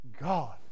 God